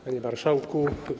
Panie Marszałku!